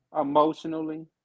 emotionally